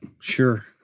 Sure